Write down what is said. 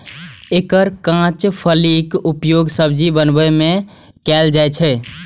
एकर कांच फलीक उपयोग सब्जी बनबै मे कैल जाइ छै